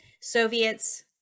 Soviets